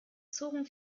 zogen